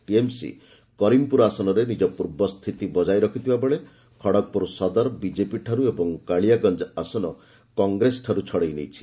TMC Karimpur ଆସନରେ ନିଜ ପୂର୍ବ ସ୍ଥିତି ବଜାୟ ରଖିଥିବାବେଳେ ଖଡ଼ଗପୁର ସଦର ବିଜେପିଠାରୁ ଏବଂ କାଳିଆଗଞ୍ଜ ଆସନ କଂଗ୍ରେସଠାରୁ ଛଡ଼େଇ ନେଇଛି